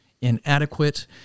inadequate